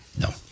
No